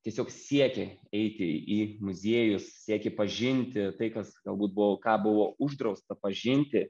tiesiog siekė eiti į muziejus siekė pažinti tai kas galbūt buvo ką buvo uždrausta pažinti